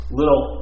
little